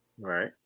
Right